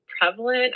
prevalent